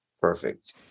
perfect